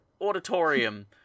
auditorium